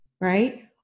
right